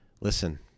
Listen